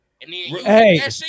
Hey